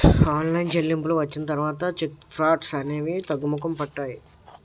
online చెల్లింపులు వచ్చిన తర్వాత చెక్ ఫ్రాడ్స్ అనేవి తగ్గుముఖం పట్టాయి